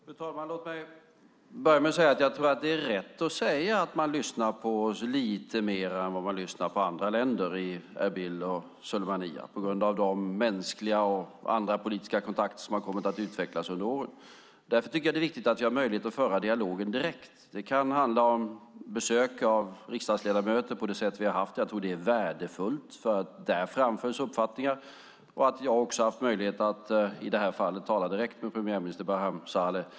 Fru talman! Låt mig börja med att säga att jag tror att det är rätt att säga att man i Erbil och Sulaymaniyah lyssnar på oss lite mer än vad man lyssnar på andra länder på grund av de mänskliga och andra politiska kontakter som har kommit att utvecklas under åren. Därför tycker jag att det är viktigt att vi har möjlighet att föra dialogen direkt. Det kan handla om besök av riksdagsledamöter på det sätt som har skett. Jag tror att det är värdefullt för att där framföra uppfattningar. Jag har också haft möjlighet i det här fallet att tala direkt med premiärminister Barham Saleh.